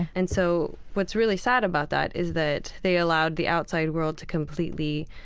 and so what's really sad about that is that they allowed the outside world to completely